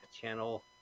channel